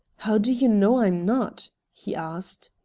how do you know i'm not? he asked.